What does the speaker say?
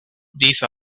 these